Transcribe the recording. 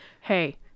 Hey